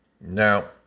Now